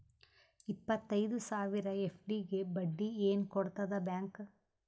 ಇಪ್ಪತ್ತೈದು ಸಾವಿರ ಎಫ್.ಡಿ ಗೆ ಬಡ್ಡಿ ಏನ ಕೊಡತದ ಬ್ಯಾಂಕ್?